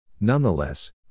Nonetheless